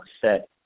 set